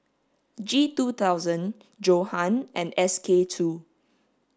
G two thousand Johan and S K two